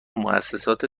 موسسات